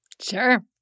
Sure